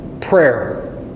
prayer